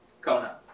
Kona